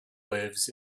lives